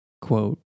Quote